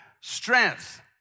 strength